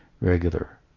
regular